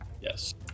yes